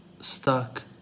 stuck